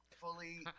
fully